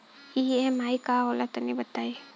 EMI का होला तनि बताई?